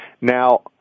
Now